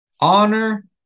Honor